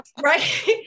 right